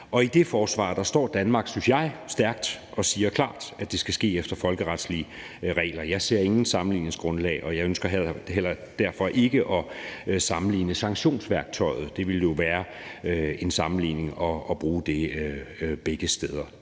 og i det forsvar står Danmark, synes jeg, stærkt og siger klart, at det skal ske efter folkeretlige regler. Jeg ser intet sammenligningsgrundlag, og jeg ønsker derfor ikke at sammenligne sanktionsværktøjet. Det ville jo være en sammenligning at bruge det begge steder.